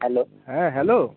hello হ্যাঁ hello